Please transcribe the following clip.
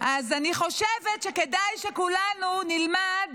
אני חושבת שכדאי שכולנו נלמד